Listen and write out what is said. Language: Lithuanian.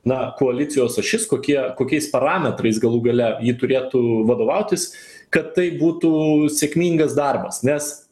na koalicijos ašis kokie kokiais parametrais galų gale ji turėtų vadovautis kad tai būtų sėkmingas darbas nes